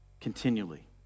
continually